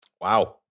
Wow